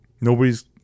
Nobody's